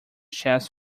chess